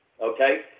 okay